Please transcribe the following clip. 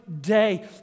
day